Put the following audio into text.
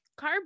carb